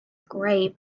grave